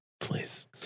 Please